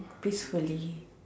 peacefully